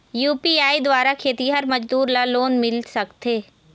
UPI द्वारा खेतीहर मजदूर ला लोन मिल सकथे?